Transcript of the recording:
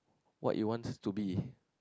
what you wants to be